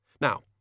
Now